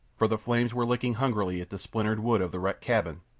for the flames were licking hungrily at the splintered wood of the wrecked cabin,